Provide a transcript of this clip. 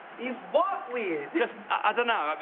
is what weird? i don't know.